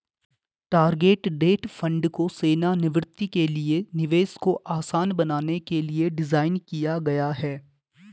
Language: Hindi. टारगेट डेट फंड को सेवानिवृत्ति के लिए निवेश को आसान बनाने के लिए डिज़ाइन किया गया है